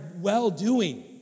well-doing